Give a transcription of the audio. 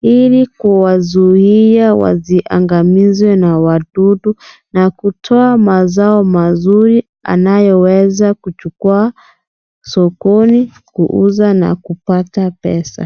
ili kuwazuia wasiangamizwe na wadudu na kutoa mazao mazuri anayoweza kuchukua sokoni kuuza na kupata pesa.